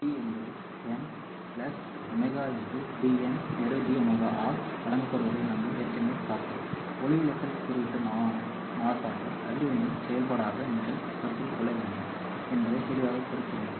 Ng என்பது n ω dn dω ஆல் வழங்கப்படுவதை நாங்கள் ஏற்கனவே பார்த்தோம் ஒளிவிலகல் குறியீட்டு மாறுபாட்டை அதிர்வெண்ணின் செயல்பாடாக நீங்கள் கருத்தில் கொள்ள வேண்டும் என்பதை தெளிவாகக் குறிக்கிறது